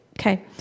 Okay